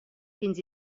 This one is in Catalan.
fins